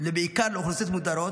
ובעיקר לאוכלוסיות מודרות,